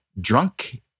drunk